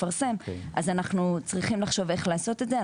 אז אנחנו צריכים לחשוב איך לעשות את זה.